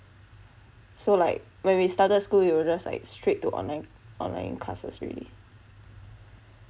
so like when we started school we were just like straight to online online classes already